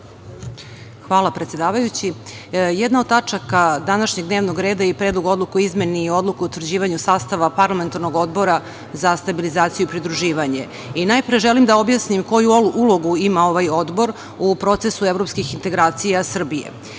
Hvala, predsedavajući. Jedna od tačaka današnjeg dnevnog reda je i Predlog odluke o izmeni Odluke o utvrđivanju sastava Parlamentarnog odbora za stabilizaciju i pridruživanje. Najpre želim da objasnim koju ulogu ima ovaj odbor u procesu evropskih integracija Srbije.